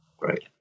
right